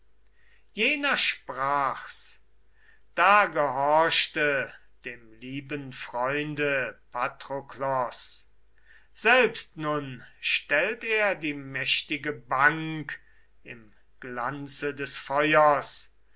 jener sprach's da gehorchte dem lieben freunde patroklos selbst nun stellt er die mächtige bank im glanze des feuers